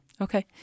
Okay